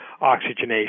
oxygenation